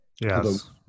Yes